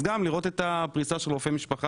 אז גם ביקשתי לראות את הפריסה של רופאי משפחה.